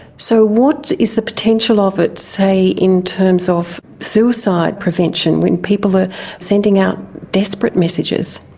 so what is the potential of it, say, in terms of suicide prevention, when people are sending out desperate messages?